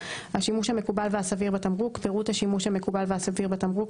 5. השימוש המקובל והסביר בתמרוק: פירוט השימוש המקובל והסביר בתמרוק,